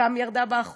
גם היא ירדה באחוזים,